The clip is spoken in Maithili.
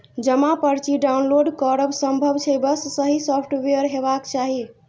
जमा पर्ची डॉउनलोड करब संभव छै, बस सही सॉफ्टवेयर हेबाक चाही